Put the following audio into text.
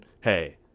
hey